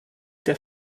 der